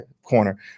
Corner